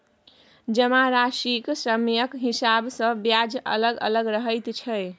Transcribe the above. जमाराशिक समयक हिसाब सँ ब्याज अलग अलग रहैत छै